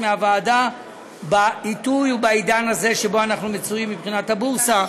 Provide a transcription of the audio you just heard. מהוועדה בעיתוי ובעידן הזה שבו אנחנו מצויים מבחינת הבורסה.